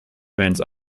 events